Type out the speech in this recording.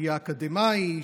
שיהיה אקדמאי,